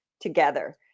together